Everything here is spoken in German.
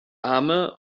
arme